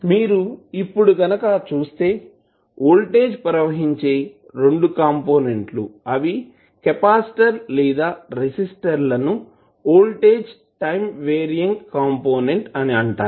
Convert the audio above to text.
మీరు ఇప్పుడు కనుక చూస్తే వోల్టేజ్ ప్రవహించే రెండు కంపోనెంట్ లు అవి కెపాసిటర్ లేదా రెసిస్టర్ లను వోల్టేజ్ టైం వర్యింగ్ కంపోనెంట్ అని అంటారు